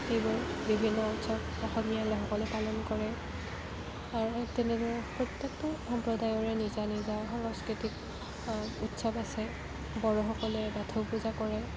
এইবোৰ বিভিন্ন উৎসৱ অসমীয়া লোকসকলে পালন কৰে আৰু সেই তেনেকৈ প্ৰত্যেকটো সম্প্ৰদায়ৰে নিজা নিজা সংস্কৃতিক উৎসৱ আছে বড়োসকলে বাথৌ পূজা কৰে